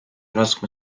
laskma